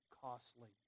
costly